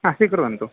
हा स्वीकुर्वन्तु